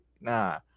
nah